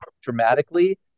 dramatically